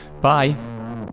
Bye